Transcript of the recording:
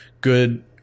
Good